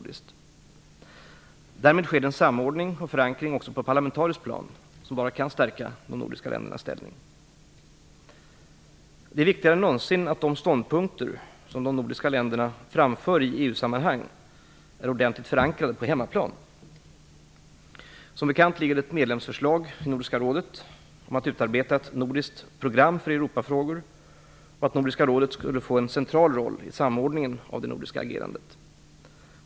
Därmed sker en samordning och förankring också på parlamentariskt plan, som bara kan stärka de nordiska ländernas ställning. Det är viktigare än någonsin att de ståndpunkter som de nordiska länderna framför i EU-sammanhang är ordentligt förankrade på hemmaplan. Som bekant ligger det ett medlemsförslag i Nordiska rådet om att utarbeta ett nordiskt program för Europafrågor och att Nordiska rådet skulle få en central roll i samordningen av det nordiska agerandet.